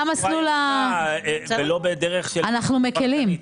אנחנו מקלים.